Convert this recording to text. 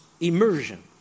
immersion